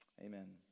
Amen